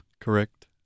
Correct